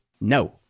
No